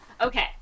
Okay